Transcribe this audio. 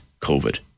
COVID